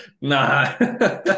nah